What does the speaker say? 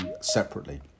separately